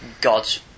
God's